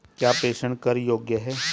क्या प्रेषण कर योग्य हैं?